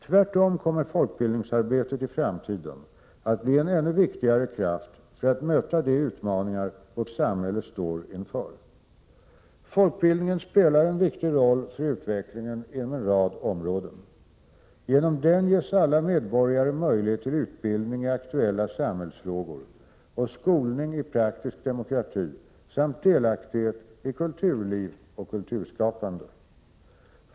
Tvärtom kommer folkbildningsarbetet i framtiden att bli en ännu viktigare kraft för att möta de utmaningar vårt samhälle står inför. Folkbildningen spelar en viktig roll för utvecklingen inom en rad områden. Genom den ges alla medborgare möjlighet till utbildning i aktuella samhällsfrågor och skolning i praktisk demokrati samt delaktighet i kulturliv och kulturskapande.